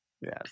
Yes